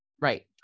Right